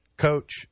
Coach